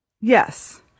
Yes